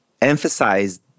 emphasize